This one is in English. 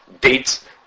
dates